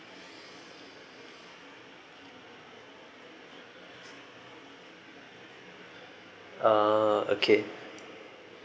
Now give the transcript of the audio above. ah okay